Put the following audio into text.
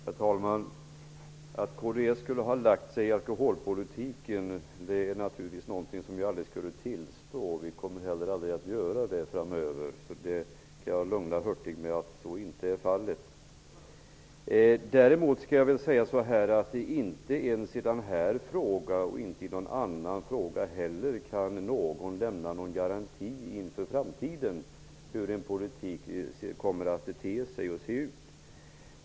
Herr talman! Jag skulle naturligtvis aldrig tillstå att kds har lagt sig i fråga om alkoholpolitiken. Vi kommer heller aldrig att göra det. Jag kan lugna Hurtig med att så är inte fallet. Inte i denna fråga eller någon annan fråga kan garantier lämnas för hur en politik kommer att se ut i framtiden.